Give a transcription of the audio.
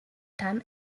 time